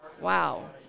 wow